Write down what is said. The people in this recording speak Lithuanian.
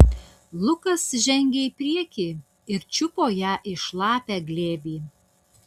lukas žengė į priekį ir čiupo ją į šlapią glėbį